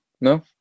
no